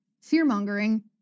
fear-mongering